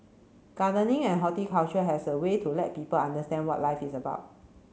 gardening and horticulture has a way to let people understand what life is about